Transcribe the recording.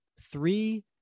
three